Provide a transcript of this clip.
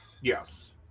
yes